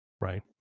Right